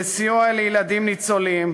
בסיוע לילדים ניצולים,